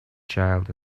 child